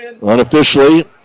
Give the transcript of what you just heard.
Unofficially